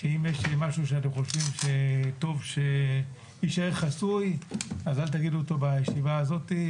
אם יש משהו שאתם חושבים שטוב שיישאר חסוי אז אל תגידו אותו בישיבה הזאת.